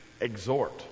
exhort